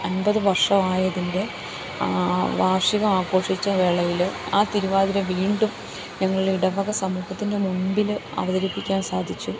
അൻപത് വർഷമായതിൻ്റെ വാർഷികം ആഘോഷിച്ച വേളയിൽ ആ തിരുവാതിര വീണ്ടും ഞങ്ങൾ ഇടവക സമൂഹത്തിൻ്റെ മുമ്പിൽ അവതരിപ്പിക്കാൻ സാധിച്ചു